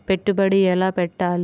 పెట్టుబడి ఎలా పెట్టాలి?